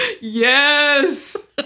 Yes